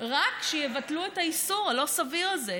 רק שיבטלו את האיסור הלא-סביר הזה,